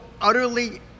utterly